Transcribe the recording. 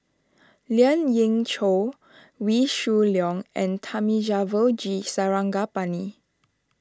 Lien Ying Chow Wee Shoo Leong and Thamizhavel G Sarangapani